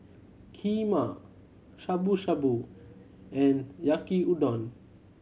Kheema Shabu Shabu and Yaki Udon